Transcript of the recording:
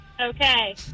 Okay